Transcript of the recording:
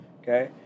okay